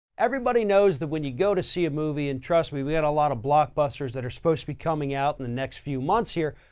everybody knows that when you go to see a movie, and trust me, we've got a lot of blockbusters that are supposed to be coming out in the next few months here,